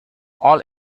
all